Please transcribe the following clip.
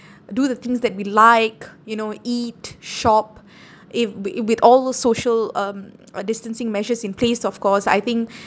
do the things that we like you know eat shop if wi~ with all the social um uh distancing measures in place of course I think